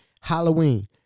Halloween